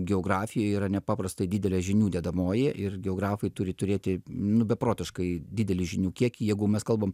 geografija yra nepaprastai didelė žinių dedamoji ir geografai turi turėti nu beprotiškai didelį žinių kiekį jeigu mes kalbam